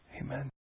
amen